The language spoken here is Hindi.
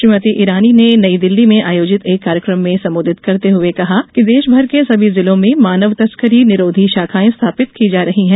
श्रीमती ईरानी नई दिल्ली में आयोजित एक कार्यक्रम में संबोधित करते हुए बताया कि देश भर के सभी जिलों में मानव तस्करी निरोधी शाखायें स्थापित की जा रही है